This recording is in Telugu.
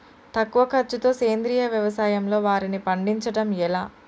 తక్కువ ఖర్చుతో సేంద్రీయ వ్యవసాయంలో వారిని పండించడం ఎలా?